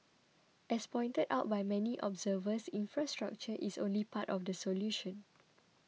as pointed out by many observers infrastructure is only part of the solution